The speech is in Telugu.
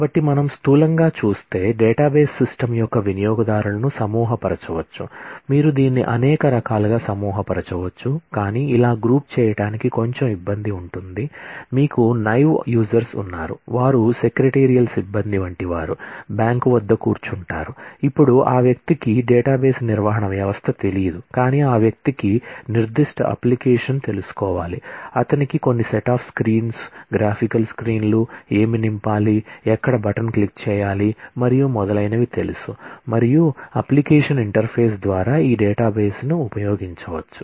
కాబట్టి మనం స్థూలంగా చూస్తే డేటాబేస్ సిస్టమ్ ద్వారా ఈ డేటాబేస్ను ఉపయోగించవచ్చు